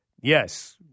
Yes